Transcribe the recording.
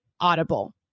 Audible